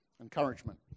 Encouragement